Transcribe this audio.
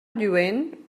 lluent